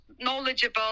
knowledgeable